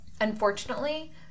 Unfortunately